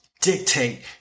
dictate